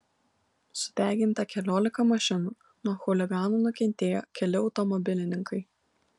sudeginta keliolika mašinų nuo chuliganų nukentėjo keli automobilininkai